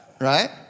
right